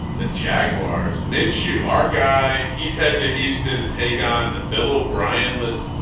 the jaguars minshew, our guy he's heading to houston to take on the below. brian lists,